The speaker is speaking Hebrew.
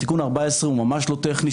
תיקון 14 הוא ממש לא טכני,